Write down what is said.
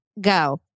go